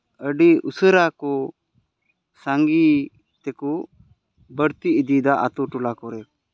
ᱟᱹᱰᱤ ᱩᱥᱟᱹᱨᱟ ᱠᱚ ᱥᱟᱸᱜᱮ ᱛᱮᱠᱚ ᱵᱟᱹᱲᱛᱤ ᱤᱫᱤᱫᱟ ᱟᱛᱳ ᱴᱚᱞᱟ ᱠᱚᱨᱮ